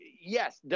yes